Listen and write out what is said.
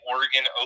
Oregon